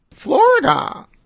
Florida